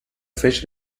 fish